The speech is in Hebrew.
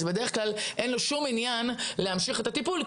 אז בדרך כלל אין לו שום עניין להמשיך את הטיפול.